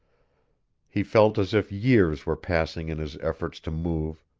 he felt as if years were passing in his efforts to move,